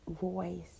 voice